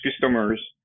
customers